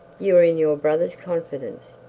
you are in your brother's confidence.